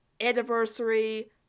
anniversary